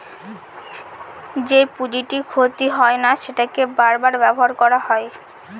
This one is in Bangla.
যেই পুঁজিটি ক্ষতি হয় না সেটাকে বার বার ব্যবহার করা হয়